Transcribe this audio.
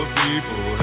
people